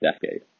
decade